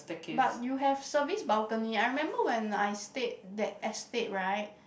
but you have service balcony I remember when I stayed that estate right